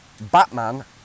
Batman